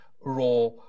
raw